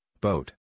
boat